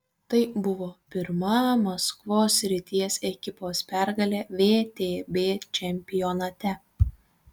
tai buvo pirma maskvos srities ekipos pergalė vtb čempionate